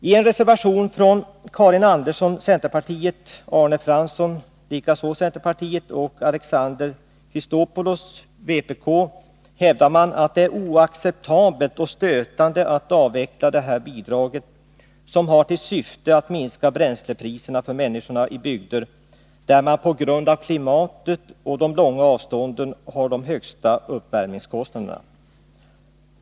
I en reservation från Karin Andersson och Arne Fransson från centerpartiet samt Alexander Chrisopoulos från vpk hävdar man att ”det är oacceptabelt att dra in ett bidrag som ——-—- har till syfte att minska bränslepriserna för människor i bygder där man på grund av klimatet och de långa avstånden har de högsta uppvärmningskostnaderna”.